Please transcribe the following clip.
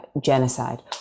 genocide